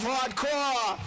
Hardcore